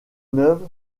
neuve